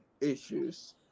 issues